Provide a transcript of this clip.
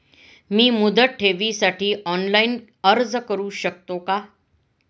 मी मुदत ठेवीसाठी ऑनलाइन अर्ज करू शकतो का?